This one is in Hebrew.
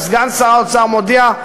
אז סגן שר האוצר מודיע: